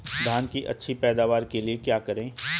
धान की अच्छी पैदावार के लिए क्या करें?